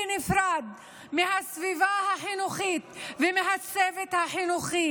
נפרד מהסביבה החינוכית ומהצוות החינוכי.